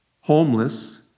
homeless